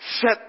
set